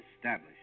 established